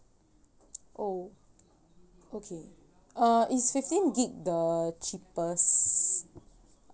oh okay uh is fifteen gig the cheapest